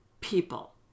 people